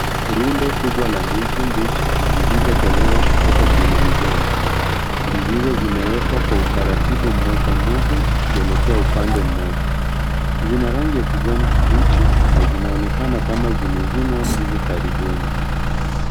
Rundo kubwa la ndizi mbichi zilizotolewa kutoka kwenye migomba, ndizi hizo zimewekwa kwa utaratibu mmoja mmoja zikielekea upande mmoja, zina rangi ya kijanikibichi na zinaonekana kama zimevunwa hivi karibuni.